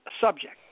subject